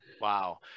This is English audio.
Wow